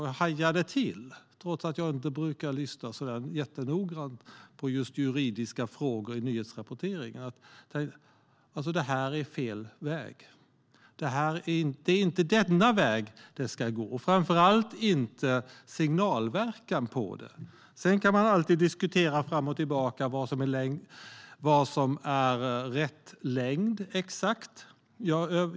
Jag hajade till, trots att jag inte brukar lyssna så jättenoggrant på just juridiska frågor i nyhetsrapporteringar, och tänkte att det här är fel väg. Det är inte denna väg man ska gå och framför allt inte signalverkan på den. Sedan kan man alltid diskutera fram och tillbaka vad som är exakt rätt strafflängd.